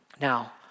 Now